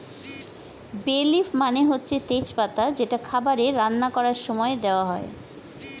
বে লিফ মানে হচ্ছে তেজ পাতা যেটা খাবারে রান্না করার সময়ে দেওয়া হয়